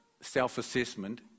self-assessment